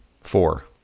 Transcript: Four